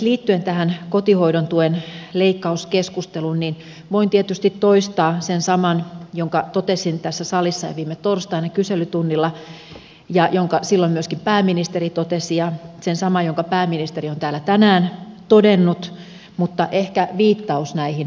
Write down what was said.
liittyen tähän kotihoidon tuen leikkauskeskusteluun voin tietysti toistaa sen saman minkä totesin tässä salissa jo viime torstaina kyselytunnilla ja minkä silloin myöskin pääministeri totesi ja sen saman minkä pääministeri on täällä tänään todennut mutta ehkä viittaus näihin puheenvuoroihin riittää